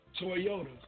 Toyota